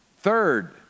Third